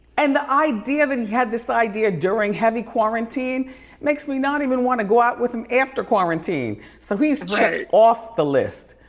and the idea that he had this idea during heavy quarantine makes me not even wanna go out with him after quarantine. so he's checked off the list.